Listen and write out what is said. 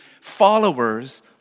followers